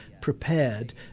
prepared